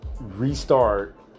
restart